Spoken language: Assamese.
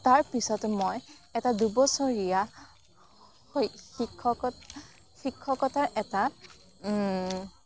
তাৰপিছত মই এটা দুবছৰীয়া শি শিক্ষকত শিক্ষকতাৰ এটা